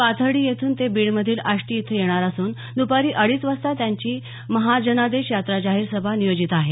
पाथर्डी येथून ते बीडमधील आष्टी इथं येणार असून दुपारी अडीच वाजता त्यांची महाजनादेश यात्रा जाहीर सभा नियोजित आहे